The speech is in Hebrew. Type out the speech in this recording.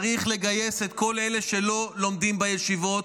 צריך לגייס את כל אלה שלא לומדים בישיבות,